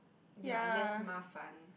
they are less 麻烦